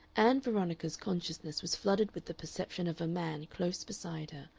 ann veronica's consciousness was flooded with the perception of a man close beside her,